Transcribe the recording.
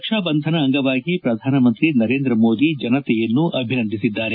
ರಕ್ಷಾ ಬಂಧನ ಅಂಗವಾಗಿ ಪ್ರಧಾನಮಂತ್ರಿ ನರೇಂದ್ರ ಮೋದಿ ಜನತೆಯನ್ನು ಅಭಿನಂದಿಸಿದ್ದಾರೆ